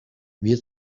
wir